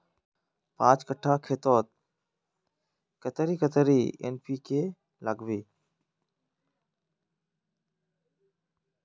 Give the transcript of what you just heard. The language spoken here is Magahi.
पाँच कट्ठा खेतोत कतेरी कतेरी एन.पी.के के लागबे?